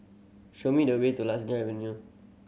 show me the way to Lasia Avenue